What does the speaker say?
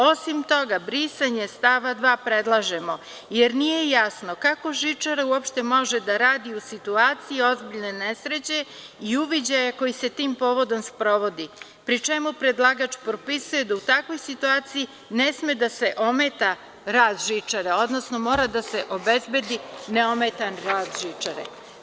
Osim toga, brisanje stava 2. predlažemo jer nije jasno kako žičara uopšte može da radi u situaciji ozbiljne nesreće i uviđaja koji se tim povodom sprovodi, pri čemu predlagač prepisuje da u takvoj situaciji ne sme da se ometa rad žičare, odnosno mora da se obezbedi neometan rad žičare.